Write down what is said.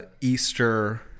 easter